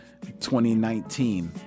2019